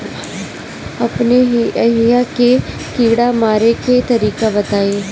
अपने एहिहा के कीड़ा मारे के तरीका बताई?